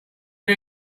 you